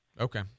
Okay